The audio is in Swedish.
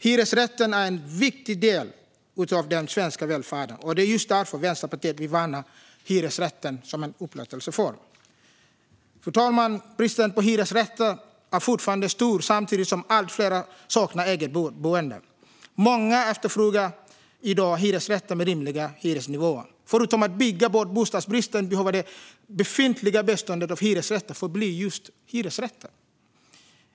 Hyresrätten är en viktig del av den svenska välfärden. Det är just därför Vänsterpartiet vill värna hyresrätten som en upplåtelseform. Fru talman! Bristen på hyresrätter är fortfarande stor samtidigt som allt fler saknar eget boende. Många efterfrågar i dag hyresrätter med rimliga hyresnivåer. Förutom att bygga bort bostadsbristen behöver det befintliga beståndet av hyresrätter förbli just hyresrätter.